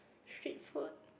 street food